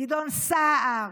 גדעון סער,